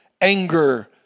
anger